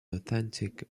authentic